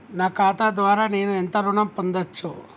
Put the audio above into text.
నా ఖాతా ద్వారా నేను ఎంత ఋణం పొందచ్చు?